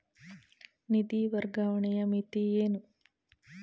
ನಿಧಿ ವರ್ಗಾವಣೆಯ ಮಿತಿ ಏನು?